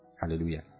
Hallelujah